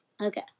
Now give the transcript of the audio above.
Okay